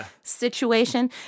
situation